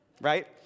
right